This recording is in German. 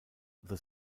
the